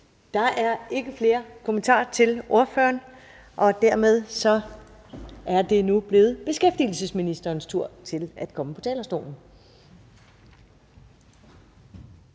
Der er ikke flere kommentarer til ordføreren. Dermed er det nu blevet beskæftigelsesministerens tur til at komme på talerstolen.